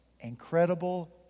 incredible